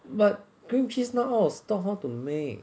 but cream cheese now out of stock how to make